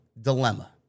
dilemma